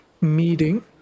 meeting